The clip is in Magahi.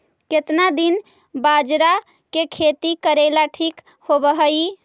केतना दिन बाजरा के खेती करेला ठिक होवहइ?